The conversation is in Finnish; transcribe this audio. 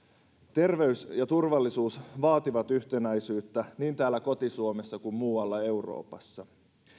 terveys ja turvallisuus vaativat yhtenäisyyttä niin täällä koti suomessa kuin muualla euroopassa